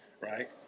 right